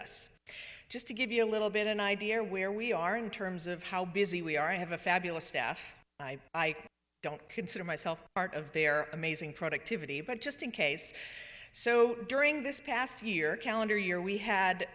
us just to give you a little bit an idea where we are in terms of how busy we are i have a fabulous staff i don't consider myself part of their amazing productivity but just in case so during this past year calendar year we had